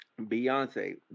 Beyonce